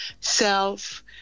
self